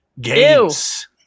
games